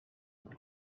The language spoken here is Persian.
بود